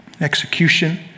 execution